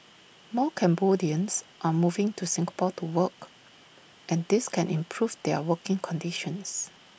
more Cambodians are moving to Singapore to work and this can improve their working conditions